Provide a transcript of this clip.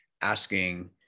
asking